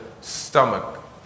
stomach